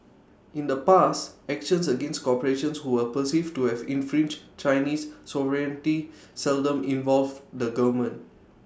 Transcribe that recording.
in the past actions against corporations who were perceived to have infringed Chinese sovereignty seldom involved the government